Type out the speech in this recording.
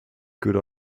good